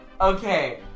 Okay